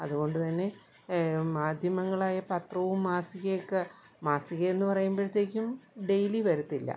അതുകൊണ്ടുതന്നെ മാധ്യമങ്ങളായ പത്രവും മാസികയൊക്കെ മാസികയെന്ന് പറയുമ്പോഴത്തേക്കും ഡെയ്ലി വരത്തില്ല